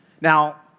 Now